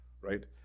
right